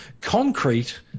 concrete